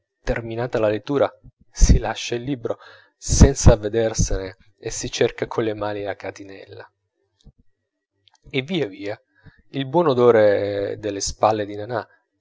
terminata la lettura si lascia il libro senz'avvedersene e si cerca colle mani la catinella e via via il buon odore delle spalle di nana